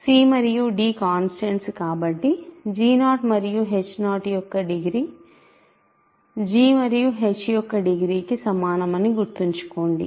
c మరియు d constants కాబట్టి g0 మరియు h0 యొక్క డిగ్రీ g మరియు h యొక్క డిగ్రీకి సమానం అని గుర్తుంచుకోండి